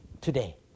today